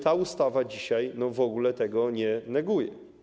Ta ustawa dzisiaj w ogóle tego nie neguje.